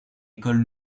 école